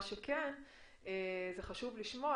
מה שכן, חשוב לשמוע